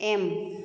M